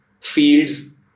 fields